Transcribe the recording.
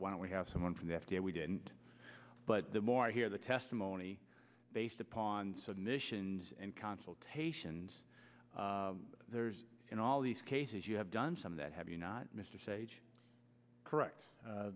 why don't we have someone from the f d a we didn't but the more i hear the testimony based upon submissions and consultations there's in all these cases you have done some that have you not mr sage correct